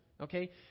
okay